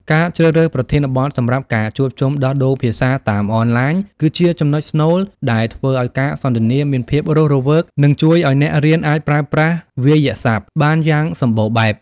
ការជ្រើសរើសប្រធានបទសម្រាប់ការជួបជុំដោះដូរភាសាតាមអនឡាញ គឺជាចំណុចស្នូលដែលធ្វើឱ្យការសន្ទនាមានភាពរស់រវើក និងជួយឱ្យអ្នករៀនអាចប្រើប្រាស់វាក្យសព្ទបានយ៉ាងសម្បូរបែប។